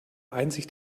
einsicht